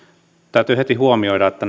täytyy heti huomioida että